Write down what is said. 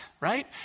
right